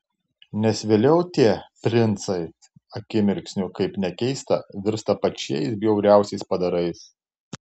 nes vėliau tie princai akimirksniu kaip nekeista virsta pačiais bjauriausiais padarais